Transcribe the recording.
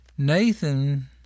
Nathan